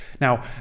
Now